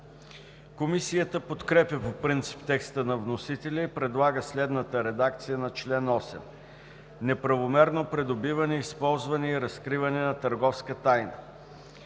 Комисията подкрепя по принцип текста на вносителя и предлага следната редакция на чл. 8: „Неправомерно придобиване, използване и разкриване на търговска тайна